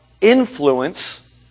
influence